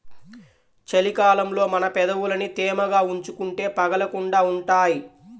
చలి కాలంలో మన పెదవులని తేమగా ఉంచుకుంటే పగలకుండా ఉంటాయ్